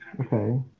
Okay